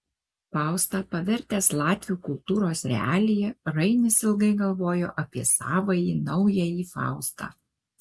faustą pavertęs latvių kultūros realija rainis ilgai galvojo apie savąjį naująjį faustą